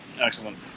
Excellent